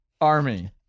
army